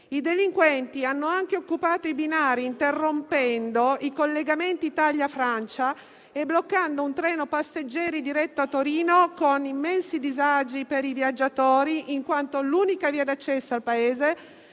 I delinquenti hanno anche occupato i binari, interrompendo i collegamenti Italia-Francia e bloccando un treno passeggeri diretto a Torino, con immensi disagi per i viaggiatori, in quanto l'unica via d'accesso al paese